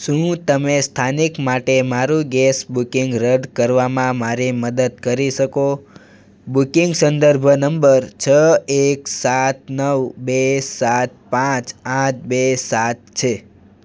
શું તમે સ્થાનિક માટે મારું ગેસ બુકિંગ રદ કરવામાં મારી મદદ કરી શકો બુકિંગ સંદર્ભ નંબર છ એક સાત નવ બે સાત પાંચ આઠ બે સાત છે